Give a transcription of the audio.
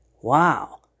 wow